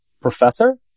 professor